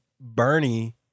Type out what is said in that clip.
bernie